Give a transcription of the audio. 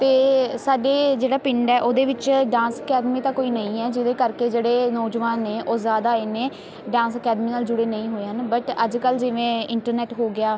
ਅਤੇ ਸਾਡੇ ਜਿਹੜਾ ਪਿੰਡ ਹੈ ਉਹਦੇ ਵਿੱਚ ਡਾਂਸ ਅਕੈਡਮੀ ਤਾਂ ਕੋਈ ਨਹੀਂ ਹੈ ਜਿਹਦੇ ਕਰਕੇ ਜਿਹੜੇ ਨੌਜਵਾਨ ਨੇ ਉਹ ਜ਼ਿਆਦਾ ਇੰਨੇ ਡਾਂਸ ਅਕੈਡਮੀ ਨਾਲ ਜੁੜੇ ਨਹੀਂ ਹੋਏ ਹਨ ਬਟ ਅੱਜ ਕੱਲ੍ਹ ਜਿਵੇਂ ਇੰਟਰਨੈਟ ਹੋ ਗਿਆ